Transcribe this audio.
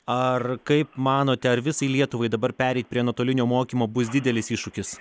ar kaip manote ar visai lietuvai dabar pereit prie nuotolinio mokymo bus didelis iššūkis